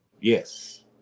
Yes